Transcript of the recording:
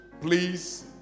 please